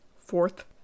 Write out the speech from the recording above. fourth